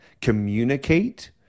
communicate